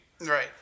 Right